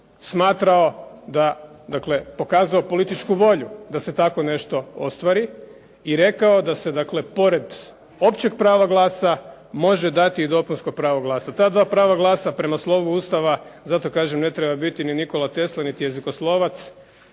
smatrao pokazao političku volju da se tako nešto ostvari i rekao da se pored općeg prava glasa može dati i dopunsko pravo glasa. Ta dva prava glasa prema slovu Ustava, zato kažem ne treba biti niti Nikola Tesla niti jezikoslovac